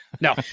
No